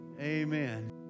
amen